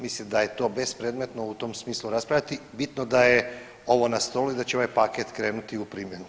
Mislim da je to bespredmetno u tom smislu raspravljati, bitno je da je ovo na stolu i da će ovaj paket krenuti u primjenu.